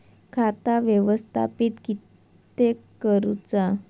खाता व्यवस्थापित किद्यक करुचा?